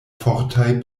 fortaj